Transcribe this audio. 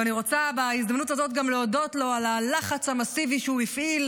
ואני רוצה בהזדמנות הזאת גם להודות לו על הלחץ המסיבי שהוא הפעיל